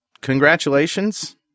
Congratulations